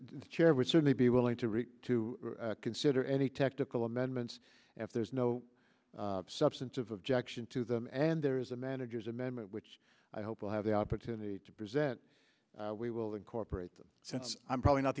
the chair would certainly be willing to reach to consider any technical amendments if there's no substantive objection to them and there is a manager's amendment which i hope we'll have the opportunity to present we will incorporate them since i'm probably not